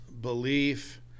belief